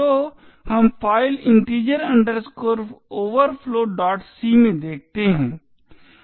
तो हम file integer overflowc में देखते हैं